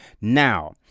Now